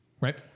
right